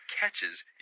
catches